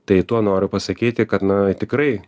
tai tuo noriu pasakyti kad na tikrai